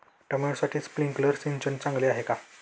टोमॅटोसाठी स्प्रिंकलर सिंचन चांगले आहे का?